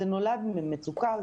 זה נולד ממצוקה,